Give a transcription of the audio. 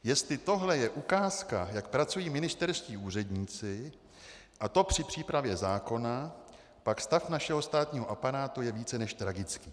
Jestli tohle je ukázka, jak pracují ministerští úředníci, a to při přípravě zákona, pak stav našeho státního aparátu je více než tragický.